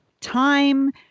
Time